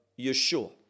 yeshua